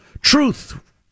Truth